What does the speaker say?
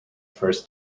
first